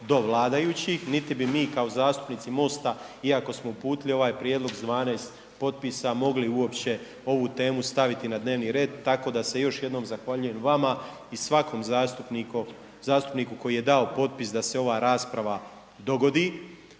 do vladajućih, niti bi mi kao zastupnici Mosta iako smo uputili ovaj prijedlog sa 12 potpisa mogli uopće ovu temu staviti na dnevni red. Tako da se još jednom zahvaljujem vama i svakom zastupniku koji je dao potpis da se ova rasprava dogodi